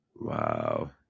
Wow